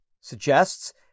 suggests